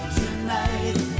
tonight